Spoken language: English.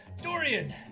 Dorian